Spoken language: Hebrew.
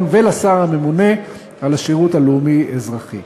ולשר הממונה על השירות הלאומי-אזרחי.